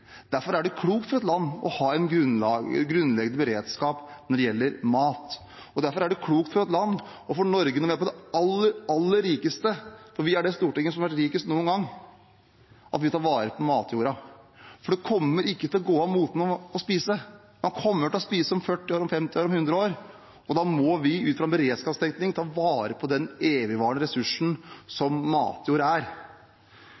Derfor er det klokt for et land å ha en grunnleggende beredskap når det gjelder mat. Og derfor er det klokt for et land og for Norge når vi er på det aller, aller rikeste – for vi er det rikeste storting som har vært noen gang – å ta vare på matjorda. Det kommer ikke til å gå av moten å spise. Man kommer til å spise om 40 år, om 50 år, om 100 år, og da må vi ut fra en beredskapstenkning ta vare på den evigvarende ressursen